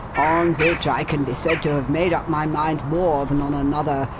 on which i can be said to have made up my mind more than on another,